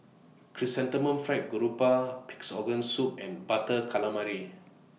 Chrysanthemum Fried Garoupa Pig'S Organ Soup and Butter Calamari